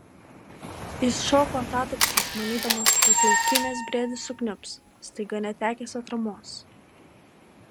jis šoko atatupstas manydamas kad laukymės briedis sukniubs staiga netekęs atramos